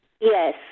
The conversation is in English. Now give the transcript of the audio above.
Yes